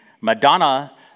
Madonna